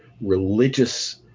religious